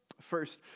First